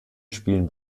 spielen